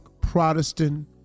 Protestant